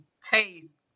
taste